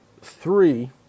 three